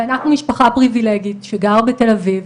ואנחנו משפחה פריבילגית שגרה בתל אביב,